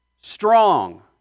strong